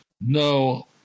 No